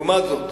לעומת זאת,